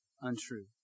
untrue